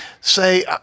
say